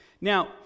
Now